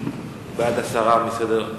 בעד הסרה מסדר-היום.